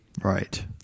Right